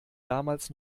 damals